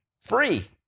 free